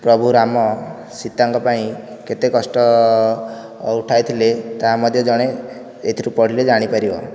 ପ୍ରଭୁ ରାମ ସୀତାଙ୍କ ପାଇଁ କେତେ କଷ୍ଟ ଉଠାଇଥିଲେ ତାହା ମଧ୍ୟ ଜଣେ ଏଥିରୁ ପଢ଼ିଲେ ଜାଣିପାରିବ